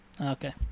Okay